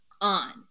On